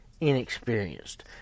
inexperienced